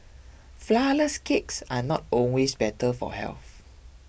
Flourless Cakes are not always better for health